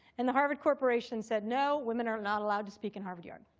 and the harvard corporation said, no, women are not allowed to speak in harvard yard.